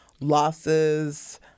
losses